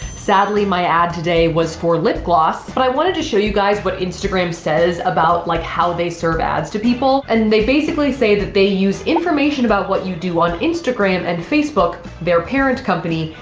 sadly my ad today was for lip gloss but i wanted to show you guys what instagram instagram says about like how they serve ads to people, and they basically say that they use information about what you do on instagram and facebook, their parent company,